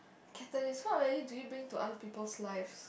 catalyst what value do you bring to other people's lives